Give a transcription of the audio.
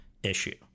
Issue